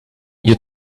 you